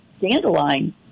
dandelion